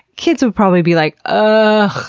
kids would probably be like, ah